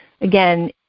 again